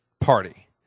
party